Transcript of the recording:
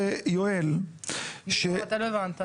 לנסות לממן 15 תקנים נוספים עבור רשות האוכלוסין וההגירה לטובת נתב"ג.